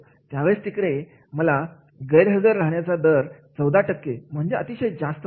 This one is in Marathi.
त्यावेळेस तिकडे कामगार गैरहजर राहण्याचा दर 14 टक्के म्हणजे अतिशय जास्त होता